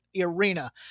arena